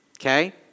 Okay